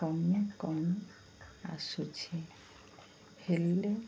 କମି କମି ଆସୁଛି ହେଲେ